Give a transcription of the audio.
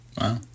Wow